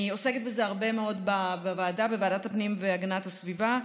אני עוסקת בזה הרבה מאוד בוועדת הפנים והגנת הסביבה.